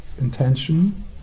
intention